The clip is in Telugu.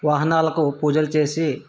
వాహనాలకు పూజలు చేసి